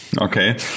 Okay